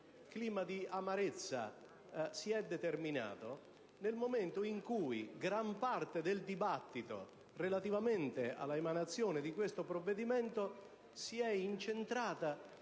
un clima di amarezza nel momento in cui gran parte del dibattito, relativamente all'adozione di questo provvedimento, si è incentrata